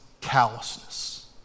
callousness